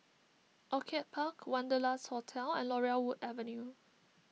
Orchid Park Wanderlust Hotel and Laurel Wood Avenue